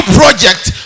project